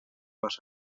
les